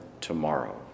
tomorrow